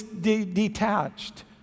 detached